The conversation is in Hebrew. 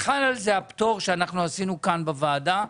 וחל על זה הפטור שאנחנו עשינו כאן בוועדה,